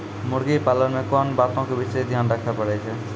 मुर्गी पालन मे कोंन बातो के विशेष ध्यान रखे पड़ै छै?